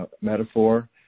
metaphor